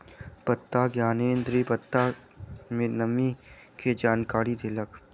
पत्ता ज्ञानेंद्री पत्ता में नमी के जानकारी देलक